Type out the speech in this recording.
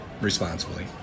responsibly